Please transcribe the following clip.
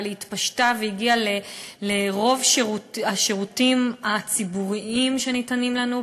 אבל היא התפשטה והגיעה לרוב השירותים הציבוריים שניתנים לנו,